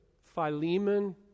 Philemon